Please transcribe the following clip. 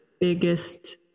biggest